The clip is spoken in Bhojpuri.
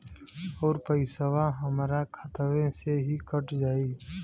अउर पइसवा हमरा खतवे से ही कट जाई?